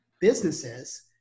businesses